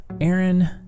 Aaron